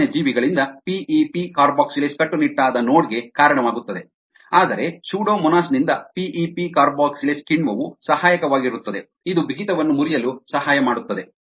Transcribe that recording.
ಸಾಮಾನ್ಯ ಜೀವಿಗಳಿಂದ P E P carboxylase ಕಟ್ಟುನಿಟ್ಟಾದ ನೋಡ್ ಗೆ ಕಾರಣವಾಗುತ್ತದೆ ಆದರೆ ಸ್ಯೂಡೋಮೊನಾಸ್ ನಿಂದ ಪಿ ಇ ಪಿ ಕಾರ್ಬಾಕ್ಸಿಲೇಸ್ ಕಿಣ್ವವು ಸಹಾಯಕವಾಗಿರುತ್ತದೆ ಇದು ಬಿಗಿತವನ್ನು ಮುರಿಯಲು ಸಹಾಯ ಮಾಡುತ್ತದೆ